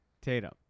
Tatum